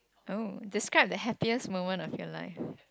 oh describe the happiest moment of your life